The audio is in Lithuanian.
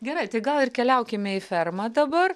gerai tai gal ir keliaukime į fermą dabar